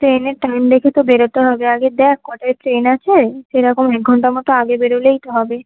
ট্রেনের টাইম দেখে তো বেরোতে হবে আগে দেখ কটায় ট্রেন আছে সেই রকম এক ঘন্টা মতো আগে বেরোলেই তো হবে